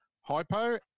hypo